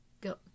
go